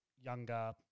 younger